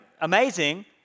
amazing